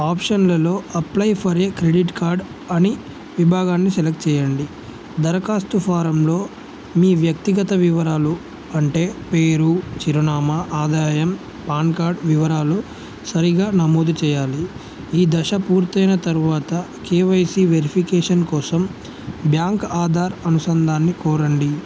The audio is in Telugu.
ఆప్షన్లలో apply for a credit card అనే విభాగాన్ని సెలెక్ట్ చేయండి దరఖాస్తు ఫారంలో మీ వ్యక్తిగత వివరాలు అంటే పేరు చిరునామా ఆదాయం పాన్ కార్డ్ వివరాలు సరిగ్గా నమోదు చేయాలి ఈ దశ పూర్తైన తరువాత కేవైసి వెరిఫికేషన్ కోసం బ్యాంక్ ఆధార్ అనుసంధాన్ని కోరండి